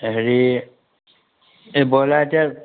হেৰি এই ব্ৰইলাৰ এতিয়া